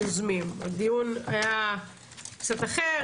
והוא מגיע אחרי חודשיים,